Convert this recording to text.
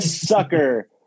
sucker